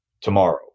tomorrow